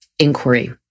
inquiry